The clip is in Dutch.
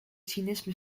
cynisme